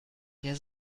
der